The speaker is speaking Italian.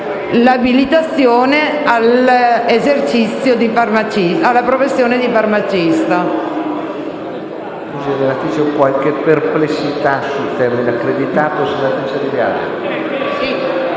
abilitato alla professione di farmacista,